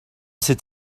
cet